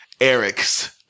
Eric's